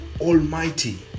Almighty